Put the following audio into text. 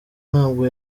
ntabwo